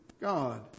God